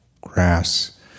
grass